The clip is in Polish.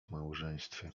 małżeństwie